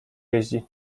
jeździ